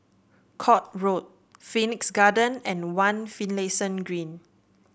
Court Road Phoenix Garden and One Finlayson Green